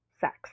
sex